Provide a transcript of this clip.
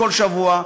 כל שבוע,